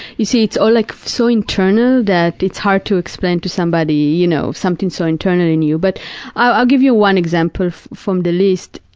you see, it's all like so internal that it's hard to explain to somebody, you know, something so internal in you, but i'll give you one example from the list.